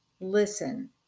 Listen